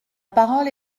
parole